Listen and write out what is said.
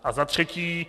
A za třetí.